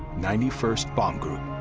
ninety first bomb group.